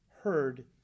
heard